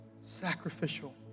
Sacrificial